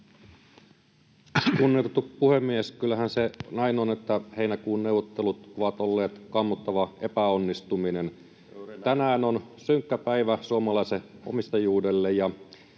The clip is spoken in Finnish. Kunnioitettu puhemies! Kyllähän se näin on, että heinäkuun neuvottelut ovat olleet kammottava epäonnistuminen. Tänään on synkkä päivä suomalaiselle omistajuudelle,